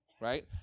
right